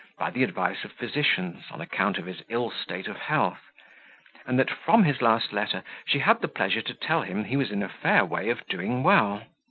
by the advice of physicians, on account of his ill state of health and that, from his last letter, she had the pleasure to tell him he was in a fair way of doing well.